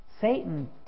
Satan